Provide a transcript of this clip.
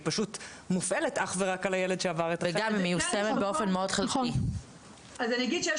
היא פשוט מופעלת אך ורק על הילד שעבר --- אז אני אגיד שיש